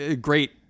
great